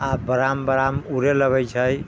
बराम बराम उड़े लगै छै